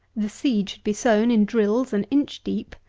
the seed should be sown in drills an inch deep,